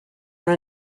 are